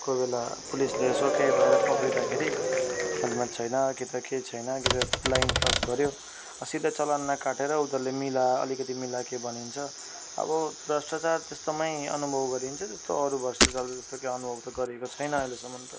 कोही बेला पुलिसले यसो केही भएर पक्रिँदाखेरि हेलमेट छैन कि त केही छैन कि त लाइन क्रस गऱ्यो सिधै चलान नकाटेर उनीहरूले मिला अलिकति मिला के भनिन्छ अब भ्रष्टाचार त्यस्तोमै अनुभव गरिन्छ त्यस्तो अरू भष्टाचार त्यति अनुभव त गरेको छैन अहिलेसम्म त